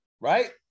Right